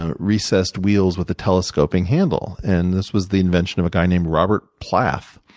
ah recessed wheels with a telescoping handle. and this was the invention of a guy named robert plath,